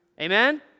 Amen